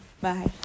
bye